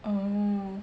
oh